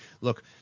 look